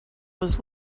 was